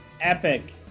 epic